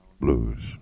blues